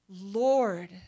Lord